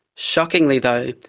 shockingly though,